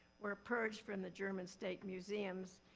were purged from the german state museums,